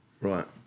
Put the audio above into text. Right